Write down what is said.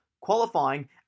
qualifying